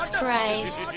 Christ